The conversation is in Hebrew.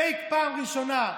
פייק פעם ראשונה.